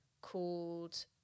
called